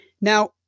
Now